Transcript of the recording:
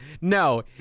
No